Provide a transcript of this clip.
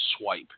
swipe